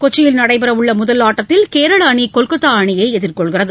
கொச்சியில் நடைபெறவுள்ள முதல் ஆட்டத்தில் கேரளா அணி கொல்கத்தா அணியை எதிர்கொள்கிறது